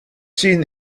seen